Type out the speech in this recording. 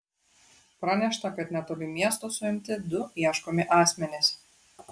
pranešta kad netoli miesto suimti du ieškomi asmenys